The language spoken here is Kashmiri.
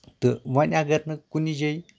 تہٕ وۄنۍ اَگر نہٕ کُنہِ جایہِ